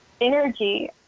energy